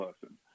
person